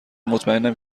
مطمئنم